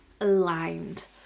aligned